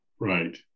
Right